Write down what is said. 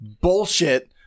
bullshit